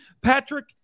Patrick